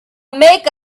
make